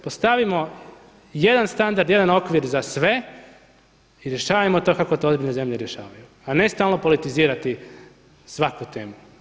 Postavimo jedan standard, jedan okvir za sve i rješavajmo to kako to ozbiljne zemlje rješavaju, a ne stalno politizirati svaku temu.